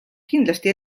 kindlasti